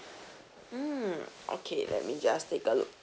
mm okay let me just take a look